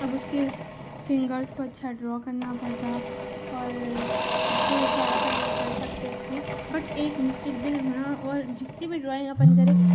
اب ُاس کے فنگرس کو اچھا ڈرا کرنا پڑتا اور جو چاہے اپن وہ کر سکتے اس میں بٹ ایک مسٹیک بھی اور جتنی بھی ڈرائنگ اپن کرے